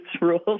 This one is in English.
rules